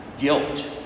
guilt